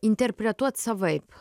interpretuot savaip